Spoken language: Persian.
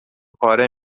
پاره